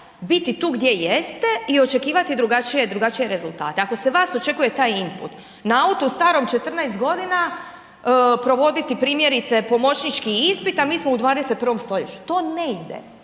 biti tu gdje jeste i očekivati drugačije rezultate. Ako se od vas očekuje taj imput na autu starom 14 godina provoditi primjerice pomoćnički ispit, a mi smo u 21. stoljeću. To ne ide.